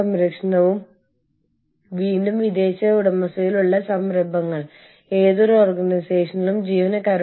firm X മാതൃരാജ്യത്തെ പൌരന്മാരെ C രാജ്യത്തേക്ക് അയയ്ക്കുന്നു